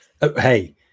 hey